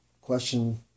question